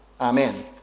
Amen